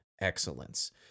excellence